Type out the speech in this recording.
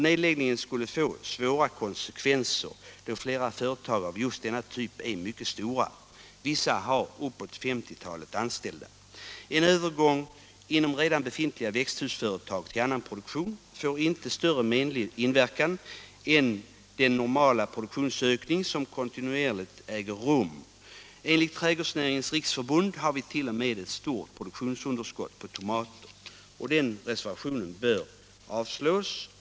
Nedläggningar skulle få svåra konsekvenser, då flera företag av just den här typen är mycket stora. Vissa har uppåt femtiotalet anställda. En övergång inom redan befintliga växthusföretag till annan produktion får inte större menlig inverkan än den normala produktionsökning som kontinuerligt äger rum. Enligt Trädgårdsnäringens riksförbund har vi t.o.m. ett stort produktionsunderskott på tomater. Den reservationen bör avslås.